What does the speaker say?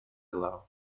below